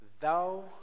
thou